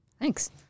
Thanks